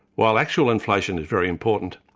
while actual inflation is very important,